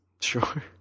Sure